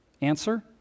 Answer